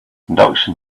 induction